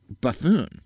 buffoon